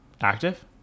active